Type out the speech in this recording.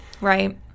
Right